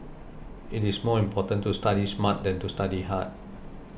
it is more important to study smart than to study hard